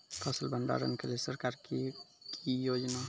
फसल भंडारण के लिए सरकार की योजना?